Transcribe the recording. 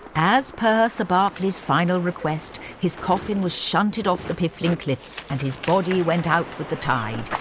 as per sir berkeley's final request, his coffin was shunted off the piffling cliffs and his body went out with the tide,